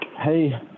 Hey